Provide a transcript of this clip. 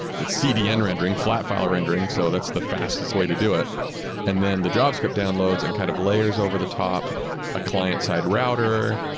it's cdn rendering, flat file rendering. so that's the fastest way to do it and then the javascript downloads and kind of layers layers over the top a client-side router,